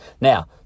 Now